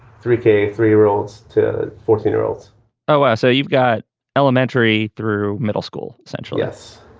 three k three year olds to fourteen year olds oh, ah so you've got elementary through middle school? essentially, yes.